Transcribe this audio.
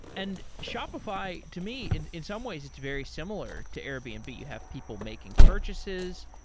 and shopify, to me, and in some ways, it's very similar to airbnb. you have people making purchases.